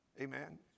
Amen